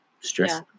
stress